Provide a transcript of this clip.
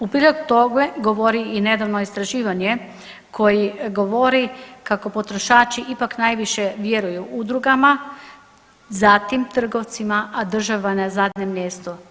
U prilog tome govori i nedavno istraživanje koje govori kako potrošači ipak najviše vjeruju udrugama, zatim trgovcima, a država je na zadnjem mjestu.